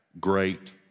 great